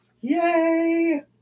Yay